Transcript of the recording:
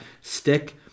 stick